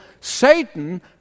Satan